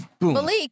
Malik